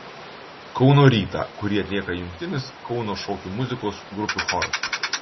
kauno rytą kurį atlieka jungtinis kauno šokių muzikos grupių choras